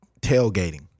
tailgating